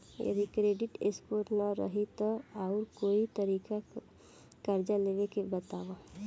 जदि credit score ना रही त आऊर कोई तरीका कर्जा लेवे के बताव?